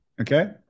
okay